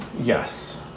Yes